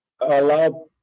allow